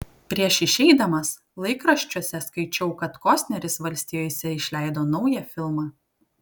prieš išeidamas laikraščiuose skaičiau kad kostneris valstijose išleido naują filmą